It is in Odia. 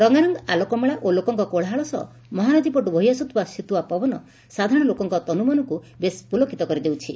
ରଙ୍ଙାରଙ୍ଙ ଆଲୋକମାଳା ଓ ଲୋକଙ୍ଙ କୋଳାହଳ ସହ ମହାନଦୀ ପଟୁ ବୋହି ଆସୁଥିବା ଶୀତୁଆ ପବନ ସାଧାରଶ ଲୋକଙ୍ଙ ତନମନକୁ ବେଶ୍ ପୁଲକିତ କରିଦେଉଛି